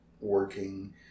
working